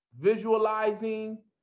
visualizing